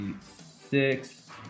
six